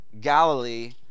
Galilee